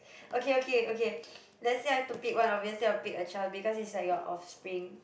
okay okay okay let's say I have to pick one obviously I'll pick a child because it's like your offspring